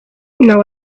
now